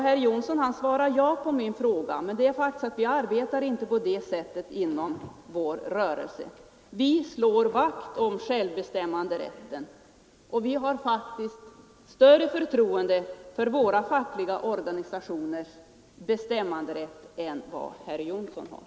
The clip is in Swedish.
Herr Jonsson i Alingsås svarar ja på min fråga, men vi arbetar inte på det sättet inom vår rörelse. Vi slår vakt om självbestämmanderätten, och vi har faktiskt större förtroende för våra fackliga organisationers bestämmanderätt än vad herr Jonsson har.